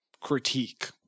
critique